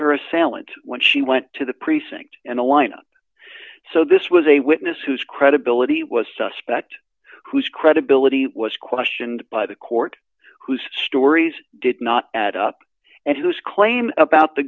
her assailant when she went to the precinct and a line so this was a witness whose credibility was suspect whose credibility was questioned by the court whose stories did not add up and his claim about the